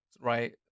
right